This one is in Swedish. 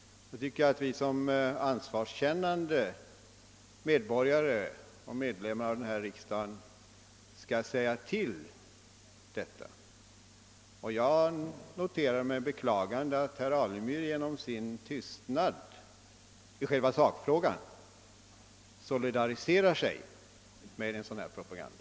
Då tycker jag att vi som ansvarskännande medborgare och medlemmar av riksdagen skall reagera. Jag noterar med beklagande att herr Alemyr genom sin tystnad i själva sakfrågan solidariserar sig med en sådan här propaganda.